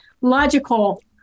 logical